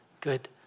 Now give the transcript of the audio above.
good